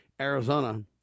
Arizona